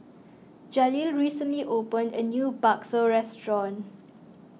Jaleel recently opened a new Bakso restaurant